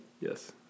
Yes